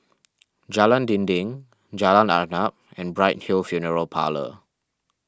Jalan Dinding Jalan Arnap and Bright Hill Funeral Parlour